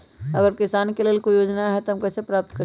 अगर किसान के लेल कोई योजना है त हम कईसे प्राप्त करी?